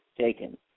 taken